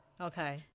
Okay